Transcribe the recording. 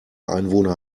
einwohner